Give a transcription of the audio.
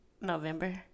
November